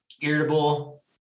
irritable